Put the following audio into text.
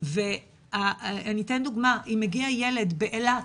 אני אתן דוגמא-אם הגיע ילד באילת,